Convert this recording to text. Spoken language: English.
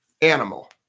animal